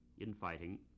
infighting